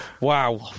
Wow